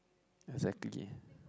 exactly